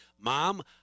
Mom